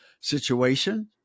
situation